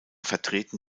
vertreten